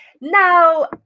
Now